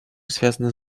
связано